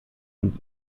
und